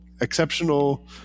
exceptional